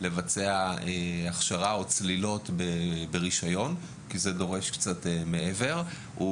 לבצע הכשרה או צלילות ברישיון כי זה דורש קצת מעבר,